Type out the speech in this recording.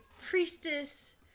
priestess